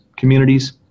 communities